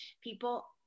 people